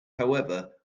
however